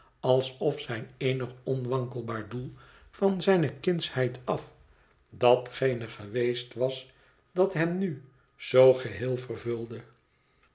alsof zijn eenig onwankelbaar doel van zijne kindsheid af datgene geweest was dat hem nu zoo geheel vervulde